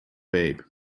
babe